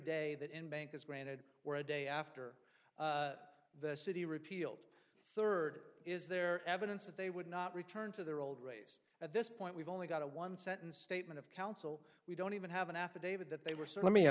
day that in bank is granted were a day after the city repealed third is there evidence that they would not return to their old race at this point we've only got a one sentence statement of counsel we don't even have an affidavit that they were so let me